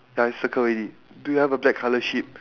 ya I circle already do you have a black colour sheep